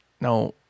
Now